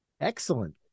Excellent